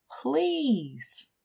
please